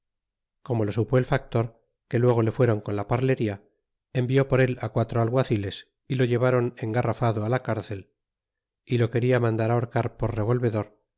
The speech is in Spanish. como lo supo el factor que luego le fueron con la parlería envió por él á quatro alguaciles y lo llevaron engarrafado á la cárcel y lo queda mandar ahorcar por revolvedor